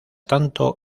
tanto